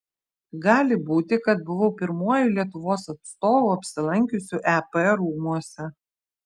gali būti kad buvau pirmuoju lietuvos atstovu apsilankiusiu ep rūmuose